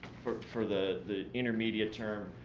for for the intermediate term.